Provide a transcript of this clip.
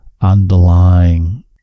underlying